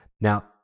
now